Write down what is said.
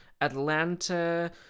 Atlanta